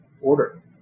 order